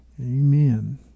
Amen